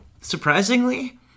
surprisingly